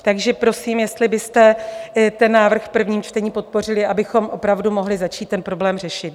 Takže, prosím, jestli byste ten návrh v prvním čtení podpořili, abychom opravdu mohli začít ten problém řešit.